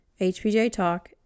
hpjtalk